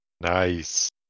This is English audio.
Nice